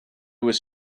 was